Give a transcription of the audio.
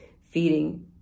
feeding